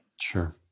Sure